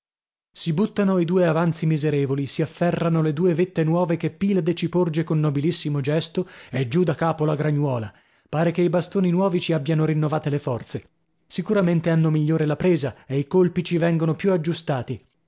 si buttano i due avanzi miserevoli si afferrano le due vette nuove che pilade ci porge con nobilissimo gesto e giù da capo la gragnuola pare che i bastoni nuovi ci abbiano rinnovate le forze sicuramente hanno migliore la presa e i colpi ci vengono più aggiustati